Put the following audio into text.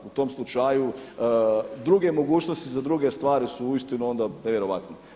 U tom slučaju druge mogućnosti za druge stvari su uistinu onda nevjerojatne.